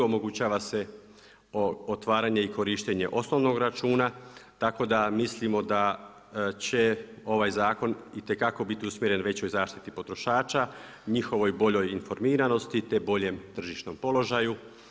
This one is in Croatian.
Omogućava se otvaranje i korištenje osnovnog računa, tako da mislimo da će ovaj zakon itekako biti usmjeren većoj zaštiti potrošača, njihovoj boljoj informiranosti, te bolje tržišnom položaju.